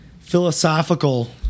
philosophical